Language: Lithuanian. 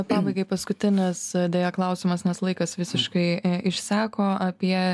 pabaigai paskutinis deja klausimas nes laikas visiškai išseko apie